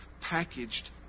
packaged